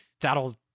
that'll